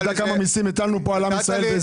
אתה יודע כמה מיסים הטלנו פה על עם ישראל?